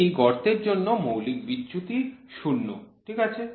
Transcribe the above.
একটি গর্তের জন্য মৌলিক বিচ্যুতি ০ ঠিক আছে